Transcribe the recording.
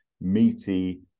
meaty